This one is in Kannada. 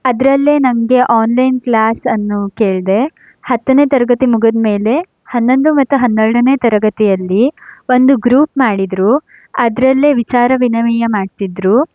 ಅದರಲ್ಲೇ ನನಗೆ ಆನ್ಲೈನ್ ಕ್ಲಾಸನ್ನು ಕೇಳಿದೆ ಹತ್ತನೇ ತರಗತಿ ಮುಗಿದ ಮೇಲೆ ಹನ್ನೊಂದು ಮತ್ತು ಹನ್ನೆರಡನೇ ತರಗತಿಯಲ್ಲಿ ಒಂದು ಗ್ರೂಪ್ ಮಾಡಿದರು ಅದರಲ್ಲೇ ವಿಚಾರ ವಿನಿಮಯ ಮಾಡ್ತಿದ್ರು